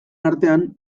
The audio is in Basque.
artean